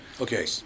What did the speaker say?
Okay